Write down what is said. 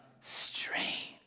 Strange